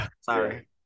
Sorry